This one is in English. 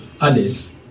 others